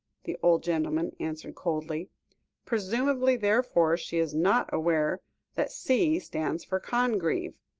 the old gentleman answered coldly presumably, therefore, she is not aware that c stands for congreve.